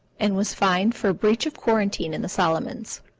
and was fined for breach of quarantine in the solomons.